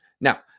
Now